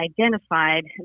identified